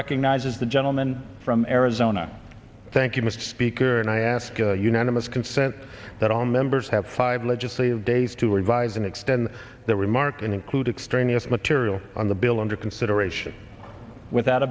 recognizes the gentleman from arizona thank you mr speaker and i ask unanimous consent that all members have five legislative days to revise and extend their remarks include extraneous material on the bill under consideration without